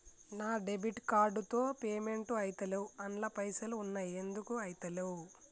నా debit card తో payment ఐతలేవ్ అండ్ల పైసల్ ఉన్నయి ఎందుకు ఐతలేవ్?